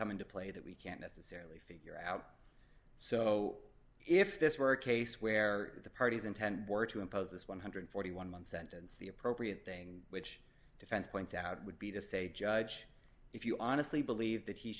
come into play that we can't necessarily figure out so if this were a case where the parties intend to impose this one hundred and forty one month sentence the appropriate thing which defense points out would be to say judge if you honestly believe that he